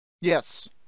yes